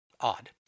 odd